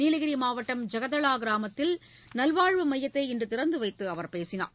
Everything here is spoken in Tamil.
நீலகிரி மாவட்டம் ஜெகதளா கிராமத்தில் நல்வாழ்வு மையத்தை இன்று திறந்து வைத்து அவர் பேசினார்